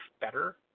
better